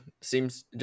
seems